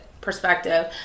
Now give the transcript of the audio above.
perspective